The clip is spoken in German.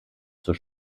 zur